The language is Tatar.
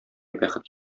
бәхет